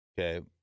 Okay